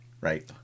right